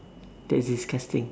that's disgusting